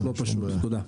תודה.